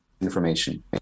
information